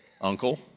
uncle